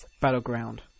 Battleground